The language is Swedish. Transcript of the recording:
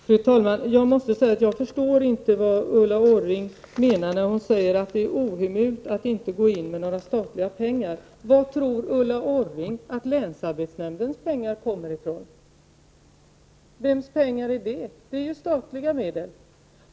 Fru talman! Jag måste säga att jag inte förstår vad Ulla Orring menar när hon säger att det är ohemult att inte gå in med några statliga pengar. Varifrån tror Ulla Orring att länsarbetsnämndens pengar kommer? Vems pengar är det? Det är ju statliga medel.